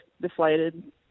deflated